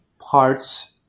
parts